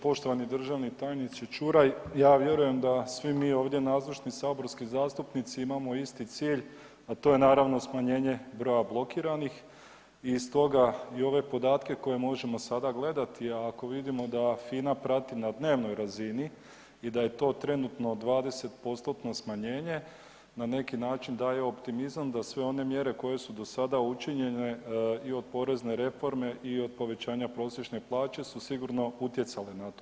Poštovani državni tajniče Čuraj, ja vjerujem da svi mi ovdje nazočni saborski zastupnici imamo isti cilj a to je naravno smanjenje broja blokiranih i stoga i ove podatke koje možemo sada gledati ako vidimo FINA prati na dnevnoj razini i da je to trenutno 20%-tno smanjenje, na neki način daje optimizam da sve one mjere koje su do sada učinjene, i pod porezne reforme i od povećanja prosječne plaće su sigurno utjecale na to.